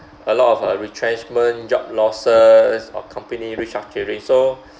a lot of uh retrenchment job losses or company restructuring so